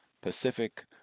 Pacific